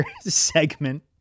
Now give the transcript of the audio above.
segment